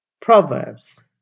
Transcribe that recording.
Proverbs